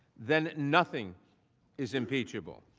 then nothing is impeachable.